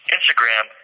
Instagram